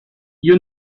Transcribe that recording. you